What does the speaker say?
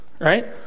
right